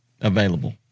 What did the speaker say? available